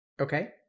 Okay